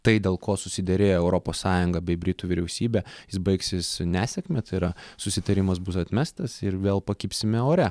tai dėl ko susiderėjo europos sąjunga bei britų vyriausybė jis baigsis nesėkme tai yra susitarimas bus atmestas ir vėl pakibsime ore